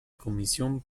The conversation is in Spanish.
comisión